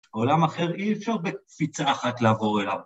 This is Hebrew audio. עולם אחר אי אפשר בקפיצה אחת לעבור אליו.